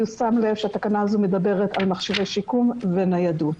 התקנה הזאת מדברת על מכשירי שיקום וניידות.